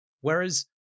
Whereas